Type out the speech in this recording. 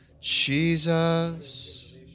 Jesus